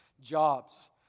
jobs